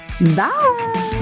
Bye